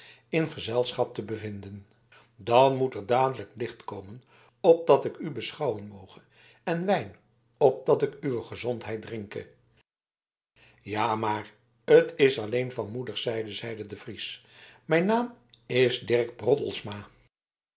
in gezelschap te bevinden dan moet er dadelijk licht komen opdat ik u beschouwen moge en wijn opdat ik uw gezondheid drinke ja maar t is alleen van moederszijde zeide de fries mijn naam is dirk broddelsma